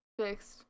fixed